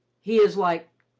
he is like,